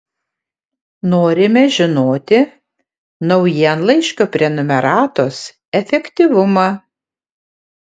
norime žinoti naujienlaiškio prenumeratos efektyvumą